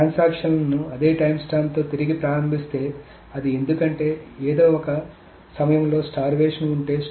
transaction లను అదే టైమ్స్టాంప్తో తిరిగి ప్రారంభిస్తే అది ఎందుకు అంటే ఏదో ఒక సమయంలో స్టార్వేషన్ ఉంటే